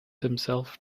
himself